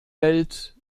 welt